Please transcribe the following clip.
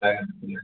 ଆଜ୍ଞା